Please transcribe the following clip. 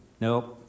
Nope